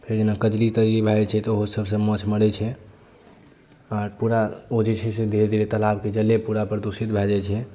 फेर जेना कजरी तजरी भऽ जाइ छै तऽ ओहु सब सॅं माँछ मरै छै आर पूरा ओ जे छै से तालाब के जले पूरा प्रदूषित भऽ जाइ छै